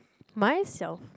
myself